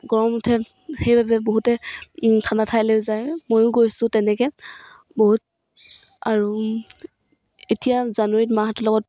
গৰম উঠে সেইবাবে বহুতে ঠাণ্ডা ঠাইলৈ যায় ময়ো গৈছোঁ তেনেকৈ বহুত আৰু এতিয়া জানুৱাৰীত মাহঁতৰ লগত